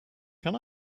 can